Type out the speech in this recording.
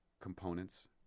components